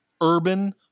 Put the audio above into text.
Urban